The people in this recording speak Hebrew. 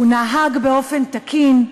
הוא נהג באופן תקין,